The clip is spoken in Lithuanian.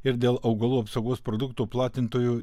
ir dėl augalų apsaugos produktų platintojų